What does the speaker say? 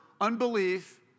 unbelief